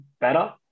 better